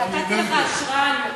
חוק ההסדרים היה